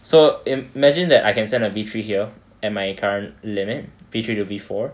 so imagine that I can send a V three here at my current limit V three to V four